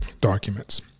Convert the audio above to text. documents